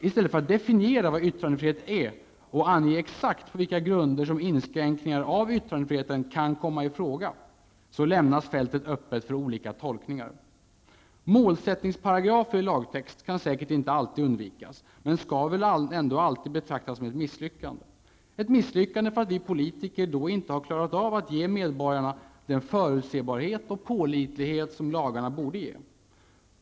I stället för att definiera vad yttrandefrihet är och ange exakt på vilka grunder inskränkningar av yttrandefriheten kan komma i fråga, så lämnas fältet öppet för olika tolkningar. ''Målsättningsparagrafer'' i lagtext kan inte alltid undvikas, men de skall alltid betraktas som ett misslyckande -- ett misslyckande därför att vi politiker då inte har klarat av att ge medborgarna den förutsebarhet och pålitlighet som lagar bör ge.